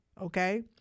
Okay